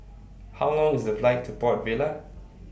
How Long IS The Flight to Port Vila